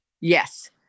Yes